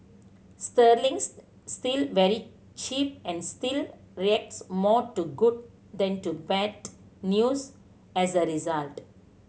sterling's still very cheap and still reacts more to good than to bad news as a result